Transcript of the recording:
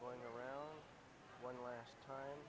going around one last time